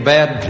Bad